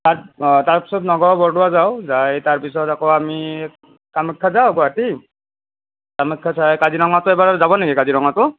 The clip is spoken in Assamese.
তাত অঁ তাৰপাছত নগাঁও বৰদোৱা যাওঁ যাই তাৰপাছত আকৌ আমি কামাখ্যা যাওঁ গুৱাহাটী কামাখ্যা চাই কাজিৰঙাতো এবাৰ যাব নেকি কাজিৰঙাতো